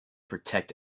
protect